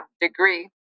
degree